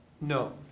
No